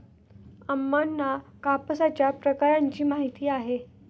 अम्मांना कापसाच्या प्रकारांची माहिती आहे